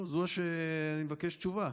לא, זו, אני מבקש תשובה.